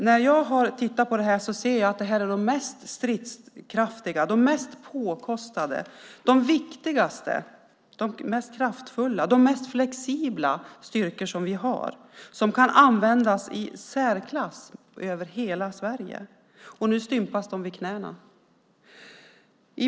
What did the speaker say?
När jag har tittat på det här ser jag att det är de mest stridskraftiga, mest påkostade, viktigaste, mest kraftfulla och mest flexibla styrkor som vi har. De kan användas i särklass över hela Sverige. Och nu stympas de vid knäna.